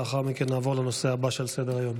לאחר מכן נעבור לנושא הבא שעל סדר-היום.